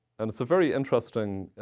and it's a very interesting